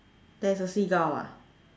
there's a seagull ah